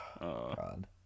God